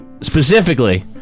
Specifically